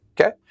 Okay